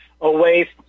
away